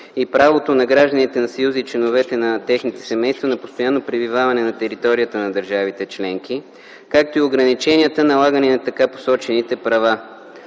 и правото на гражданите на Съюза и на членовете на техните семейства за постоянно пребиваване на територията на държавите членки, както и ограниченията, налагани на така посочените права.